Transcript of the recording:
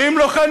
שאם לא כן,